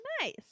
Nice